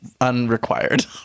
unrequired